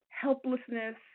helplessness